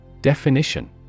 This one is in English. Definition